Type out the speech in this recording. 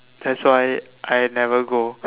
that's why I never go